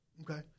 Okay